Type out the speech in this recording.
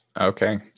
Okay